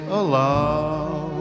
allow